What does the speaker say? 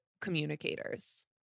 communicators